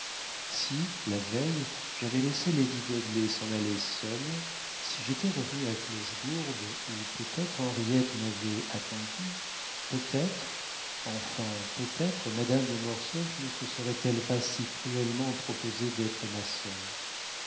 si la veille j'avais laissé lady dudley s'en aller seule si j'étais revenu à clochegourde où peut-être henriette m'avait attendu peut-être enfin peut-être madame de mortsauf ne se serait-elle pas si cruellement proposé d'être ma sœur